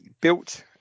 built